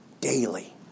daily